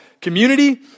community